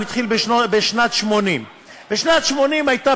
הוא התחיל בשנת 1980. בשנת 1980 הייתה